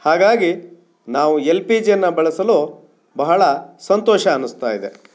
ಹಾಗಾಗಿ ನಾವು ಎಲ್ ಪಿ ಜಿಯನ್ನು ಬಳಸಲು ಬಹಳ ಸಂತೋಷ ಅನ್ನಿಸ್ತಾ ಇದೆ